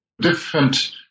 different